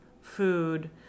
food